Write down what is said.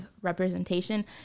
representation